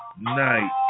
night